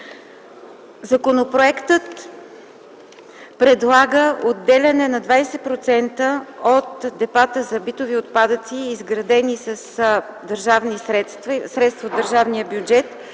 Законопроектът предлага отделяне на 20% от депата за битови отпадъци, изградени с държавни средства